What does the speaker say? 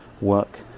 work